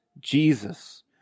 Jesus